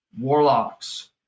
warlocks